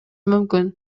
мүмкүн